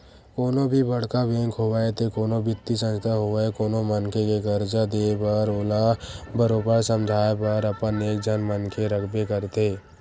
कोनो भी बड़का बेंक होवय ते कोनो बित्तीय संस्था होवय कोनो मनखे के करजा देय बर ओला बरोबर समझाए बर अपन एक झन मनखे रखबे करथे